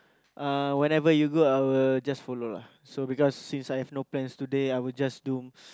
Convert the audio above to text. uh whenever you go I will just follow lah so because since I have no plans today I will just do